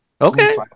Okay